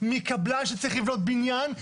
מקבלן שצריך לבנות בניין,